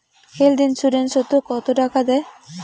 Health insurance ওত কত টাকা দেয়?